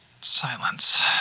silence